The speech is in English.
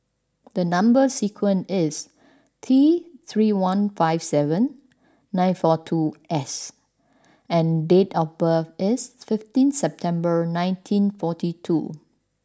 the number sequence is T three one five seven nine four two S and date of birth is fifteen September nineteen forty two